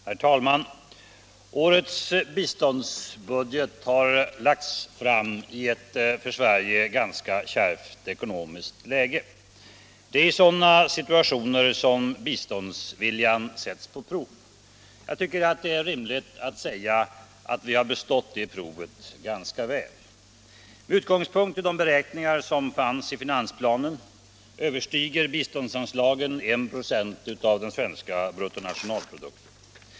Herr talman! Årets biståndsbudget har lagts fram i ett för Sverige kärvt ekonomiskt läge. Det är i sådana situationer som biståndsviljan sätts på prov. Det är rimligt att säga att vi har bestått det provet ganska väl. Med utgångspunkt i de beräkningar som fanns i finansplanen överstiger biståndsanslagen 1 96 av vår bruttonationalprodukt.